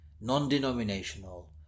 non-denominational